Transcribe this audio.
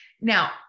now